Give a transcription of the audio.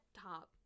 top